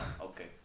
Okay